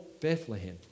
Bethlehem